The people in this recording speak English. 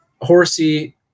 Horsey